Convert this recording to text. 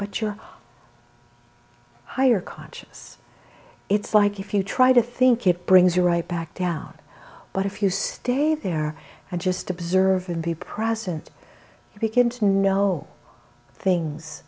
but your higher conscious it's like if you try to think it brings you right back down but if you stay there and just observe and be present and begin to know things